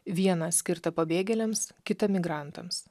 vieną skirtą pabėgėliams kitą migrantams